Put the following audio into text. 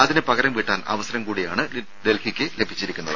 അതിന് പകരം വീട്ടാൻ അവസരം കൂടിയാണ് ഡൽഹിക്ക് ലഭിച്ചിരിക്കുന്നത്